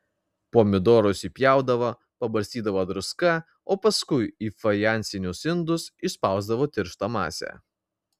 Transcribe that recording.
pomidorus įpjaudavo pabarstydavo druska o paskui į fajansinius indus išspausdavo tirštą masę